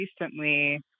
recently